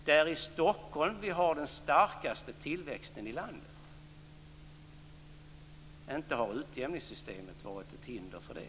Det är i Stockholm som vi har den starkaste tillväxten i landet. Inte har utjämningssystemet varit ett hinder för det.